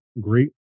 great